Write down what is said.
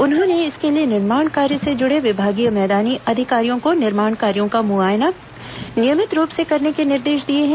उन्होंने इसके लिए निर्माण कार्य से जुड़े विभागीय मैदानी अधिकारियों को निर्माण कार्यों का मौका मुआयना नियमित रूप से करने के निर्देश दिए हैं